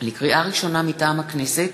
לקריאה ראשונה, מטעם הכנסת: